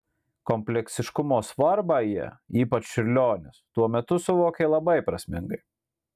kompleksiškumo svarbą jie ypač čiurlionis tuo metu suvokė labai prasmingai